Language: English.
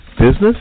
Business